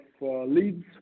leads